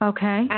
Okay